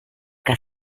que